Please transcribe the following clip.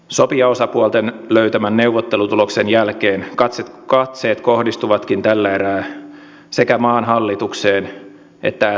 sopijaosapuolten löytämän neuvottelutuloksen jälkeen katseet kohdistuvatkin tällä erää sekä maan hallitukseen että sakhon